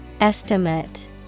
Estimate